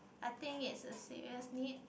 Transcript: I think it's a serious need